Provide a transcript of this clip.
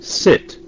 sit